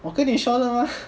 我跟你说了嘛